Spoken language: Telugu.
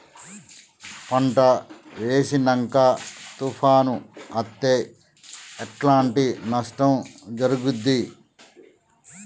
పంట వేసినంక తుఫాను అత్తే ఎట్లాంటి నష్టం జరుగుద్ది?